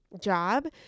job